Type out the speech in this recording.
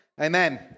Amen